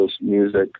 music